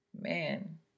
Man